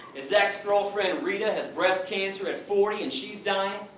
his ex-girlfriend rita has breast cancer at forty and she's dying.